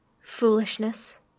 Foolishness